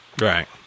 Right